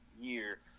year